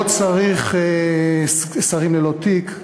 לא צריך שרים ללא תיק,